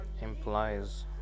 implies